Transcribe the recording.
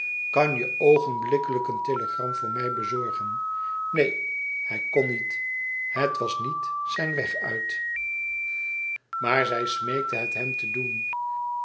kan je oogenblikkelijk een telegram voor mij bezorgen neen hij kon niet het was niet zijn weg uit maar zij smeekte het hem te doen